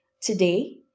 Today